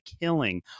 killing